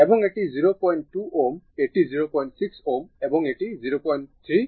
এবং এটি 02 Ω এটি 06 Ω এবং এটি 03 হেনরি